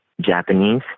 Japanese